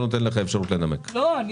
ההפניה ל-(ב) או (ג)